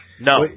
No